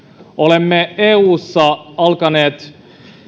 olemme eussa alkaneet